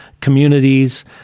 communities